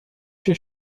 się